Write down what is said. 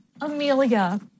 Amelia